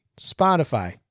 Spotify